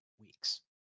weeks